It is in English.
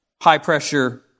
high-pressure